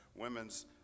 women's